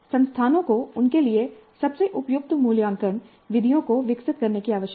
संस्थानों को उनके लिए सबसे उपयुक्त मूल्यांकन विधियों को विकसित करने की आवश्यकता है